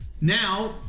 Now